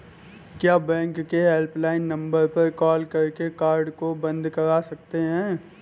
क्या बैंक के helpline number पर कॉल करके कार्ड को बंद करा सकते हैं?